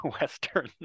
Western